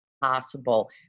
possible